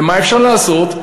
ומה אפשר לעשות?